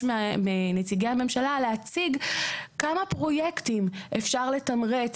מנציגי הממשלה להציג כמה פרויקטים אפשר לתמרץ,